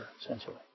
essentially